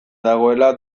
dagoela